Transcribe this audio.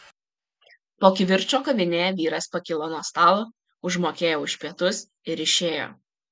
po kivirčo kavinėje vyras pakilo nuo stalo užmokėjo už pietus ir išėjo